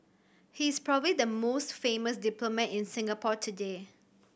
he is probably the most famous diplomat in Singapore today